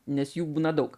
nes jų būna daug